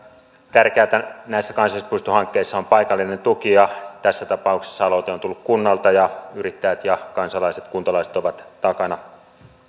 tärkeätä näissä kansallispuistohankkeissa on paikallinen tuki ja tässä tapauksessa aloite on tullut kunnalta ja yrittäjät ja kuntalaiset ovat takana